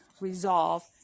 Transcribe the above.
resolve